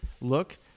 look